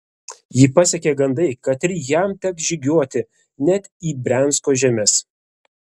jį pasiekė gandai kad ir jam teks žygiuoti net į briansko žemes